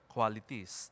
qualities